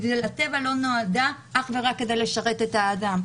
כי הטבע לא נועד אך ורק כדי לשרת את האדם.